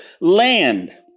land